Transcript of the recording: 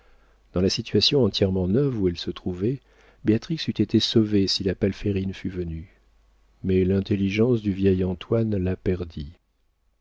dans la situation entièrement neuve où elle se trouvait béatrix eût été sauvée si la palférine fût venu mais l'intelligence du vieil antoine la perdit